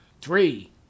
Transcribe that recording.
Three